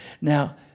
Now